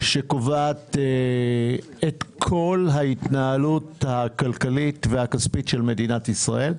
שקובעת את כל ההתנהלות הכלכלית והכספית של מדינת ישראל.